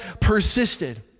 persisted